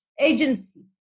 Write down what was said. agency